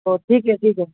हो ठीक आहे ठीक आहे